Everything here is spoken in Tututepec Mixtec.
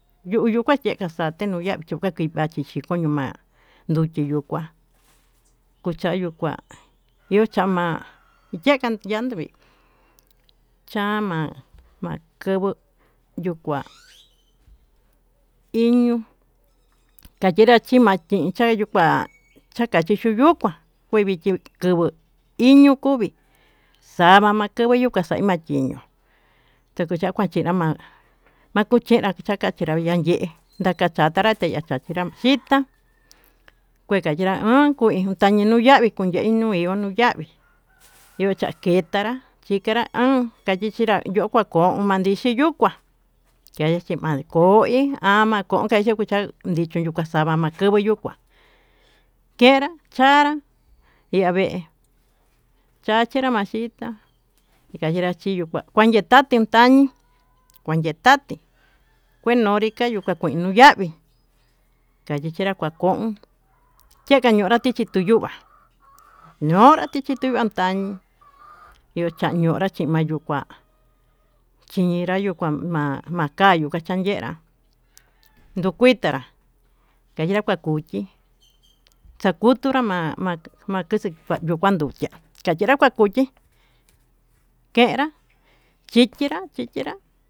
Yuu kuaye kaxate nuu yavii kua ke'e kuachixi, koño ma'a yuchi kuu kuá kuchayu kuá yuu cha'a ma'a yuu kandu chandu mii cha'a ma'a makuvuu, yuu kua iño kachenra chima kayuu chukua chakachi chuu yukuá kue vichi kunguó iño kovii xa'a makuvu xaxa machiño tuku cha'a manchina ma'a makuchinrá takuchinrá ma'a yee taka chatanrá té ya'a chanchenrá chitá, kué kanyenra uun kui tañiño nuu yavii kundei ño'o nóvii yuu chaketanrá chanra o'on kayii chinrá yo'o kua koma'a ndixhi yuu kuá yaya chima'a koí amakonka yuku chá ndiko xuu maxava kanchenguó yuu kua kenrá chanrá ya'a vee chachenra maxhitá ikachenra chiyo'o kuá kuanden tate tañe'e kuayentate kuenonri kuake nuu yavii, kachichenra kua kon cheka ñonra tuchi tutuva'a ñonra chitituva andañi yuu chañonra kuchinyuu kuá chinra yuu kuá ma'a ma'a kayuu kachanyenrá nduu kuitará kayenra kua kuchí chakutunra ma'a ma'a makixi yuu kuan ndukía, kachenra kua kuchí kenra chichinra chichinrá.